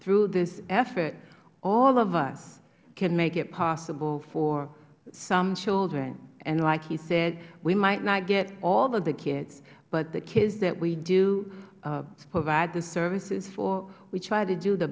through this effort all of us can make it possible for some children and like he said we might not get all of the kids but the kids that we do provide the services for we try to do the